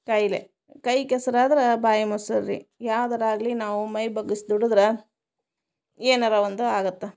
ಕೈಲೆ ಕೈ ಕೆಸ್ರು ಆದ್ರೆ ಬಾಯಿ ಮೊಸರು ರೀ ಯಾವ್ದಾರೂ ಆಗಲಿ ನಾವು ಮೈ ಬಗ್ಗಸಿ ದುಡದ್ರೆ ಏನಾರೂ ಒಂದು ಆಗತ್ತೆ